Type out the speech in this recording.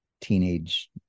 teenage